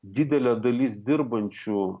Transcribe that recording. didelė dalis dirbančių